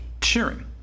cheering